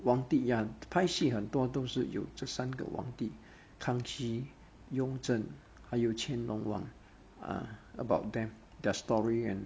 王帝 ya 拍戏很多都是有这三个王帝康熙雍正还有乾隆 lah are about them their story and